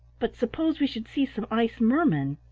but suppose we should see some ice-mermen?